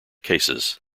cases